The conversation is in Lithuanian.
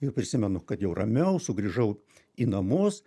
ir prisimenu kad jau ramiau sugrįžau į namus